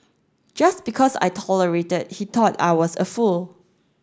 just because I tolerated he thought I was a fool